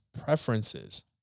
preferences